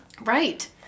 right